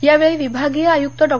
यावेळी विभागीय आयुक्त डॉ